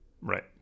Right